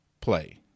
play